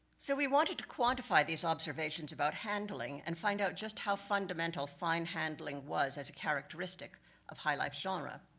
so we wanted to quantify these observations about handling, and find out just how fundamental fine handling was as a characteristic of high life genre.